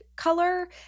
color